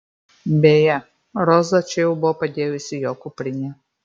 beje roza čia jau buvo padėjusi jo kuprinę